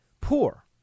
poor